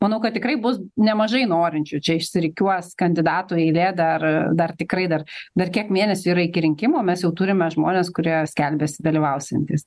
manau kad tikrai bus nemažai norinčių čia išsirikiuos kandidatų eilė dar dar tikrai dar dar kiek mėnesių yra iki rinkimų mes jau turime žmones kurie skelbiasi dalyvausiantys